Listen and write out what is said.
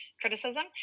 criticism